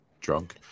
drunk